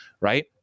right